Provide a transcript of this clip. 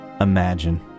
imagine